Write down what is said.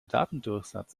datendurchsatz